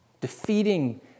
defeating